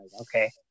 Okay